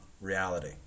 reality